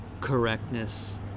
correctness